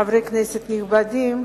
חברי כנסת נכבדים,